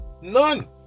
None